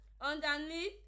Underneath